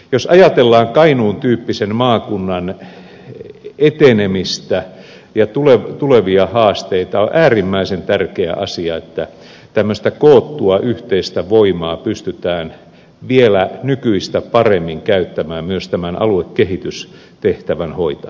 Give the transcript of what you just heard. jos ajatellaan kainuun tyyppisen maakunnan etenemistä ja tulevia haasteita on äärimmäisen tärkeä asia että tämmöistä koottua yhteistä voimaa pystytään vielä nykyistä paremmin käyttämään myös tämän aluekehitystehtävän hoitamiseen